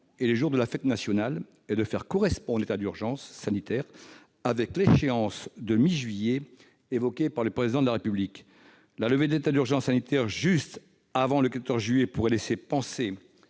et le jour de la fête nationale, ce qui permet de faire correspondre l'état d'urgence sanitaire avec l'échéance de la mi-juillet évoquée par le Président de la République. La levée de l'état d'urgence sanitaire juste avant le 14 juillet pourrait laisser penser